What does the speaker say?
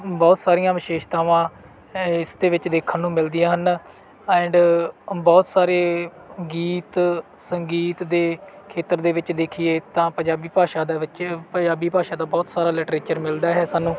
ਬਹੁਤ ਸਾਰੀਆਂ ਵਿਸ਼ੇਸ਼ਤਾਵਾਂ ਇਸਦੇ ਵਿੱਚ ਦੇਖਣ ਨੂੰ ਮਿਲਦੀਆਂ ਹਨ ਐਂਡ ਬਹੁਤ ਸਾਰੇ ਗੀਤ ਸੰਗੀਤ ਦੇ ਖੇਤਰ ਦੇ ਵਿੱਚ ਦੇਖੀਏ ਤਾਂ ਪੰਜਾਬੀ ਭਾਸ਼ਾ ਦਾ ਵਿੱਚ ਪੰਜਾਬੀ ਭਾਸ਼ਾ ਦਾ ਬਹੁਤ ਸਾਰਾ ਲਿਟਰੇਚਰ ਮਿਲਦਾ ਹੈ ਸਾਨੂੰ